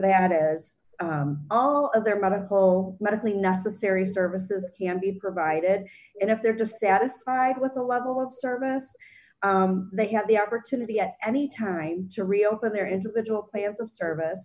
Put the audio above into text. that as d all of their medical medically necessary services can be provided and if they're dissatisfied with the level of service they have the opportunity at any time to reopen their individual play of the service